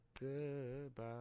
Goodbye